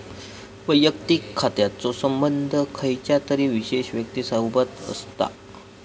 वैयक्तिक खात्याचो संबंध खयच्या तरी विशेष व्यक्तिसोबत असता